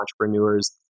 entrepreneurs